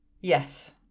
Yes